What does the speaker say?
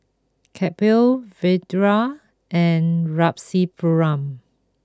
Kapil Vedre and Rasipuram